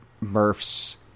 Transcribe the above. Murph's